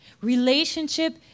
Relationship